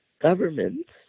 governments